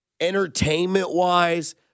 entertainment-wise